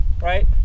right